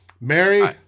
Mary